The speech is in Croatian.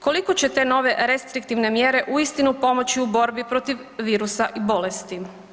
Koliko će te nove restriktivne mjere uistinu pomoći u borbi protiv virusa i bolesti?